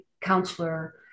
counselor